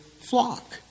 flock